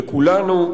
לכולנו,